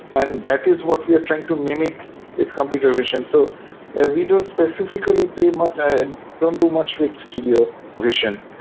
and that is what we are trying to mimic with computer vision. so ah we don't specifically pay much we ah don't do much with stereo vision.